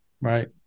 right